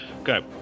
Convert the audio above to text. Okay